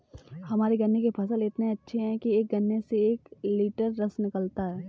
हमारे गन्ने के फसल इतने अच्छे हैं कि एक गन्ने से एक लिटर रस निकालता है